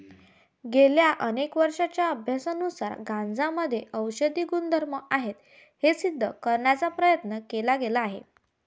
गेल्या अनेक वर्षांच्या अभ्यासानुसार गांजामध्ये औषधी गुणधर्म आहेत हे सिद्ध करण्याचा प्रयत्न केला गेला आहे